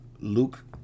Luke